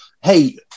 hey